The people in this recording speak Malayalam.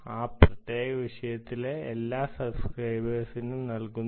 ആ പ്രത്യേക വിഷയത്തിലെ എല്ലാ സബ്സ്ക്രൈബേഴ്സ് നും നൽകുന്നു